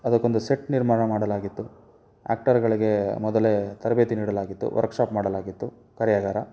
ಅದಕ್ಕೊಂದು ಸೆಟ್ ನಿರ್ಮಾಣ ಮಾಡಲಾಗಿತ್ತು ಆ್ಯಕ್ಟರ್ಗಳಿಗೆ ಮೊದಲೇ ತರಬೇತಿ ನೀಡಲಾಗಿತ್ತು ವರ್ಕ್ಶಾಪ್ ಮಾಡಲಾಗಿತ್ತು ಕಾರ್ಯಾಗಾರ